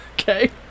okay